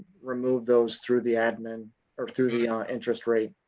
remove those through the admin or through the interest rate.